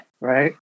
Right